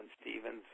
Stevens